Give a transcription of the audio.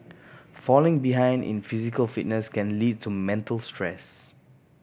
falling behind in physical fitness can lead to mental stress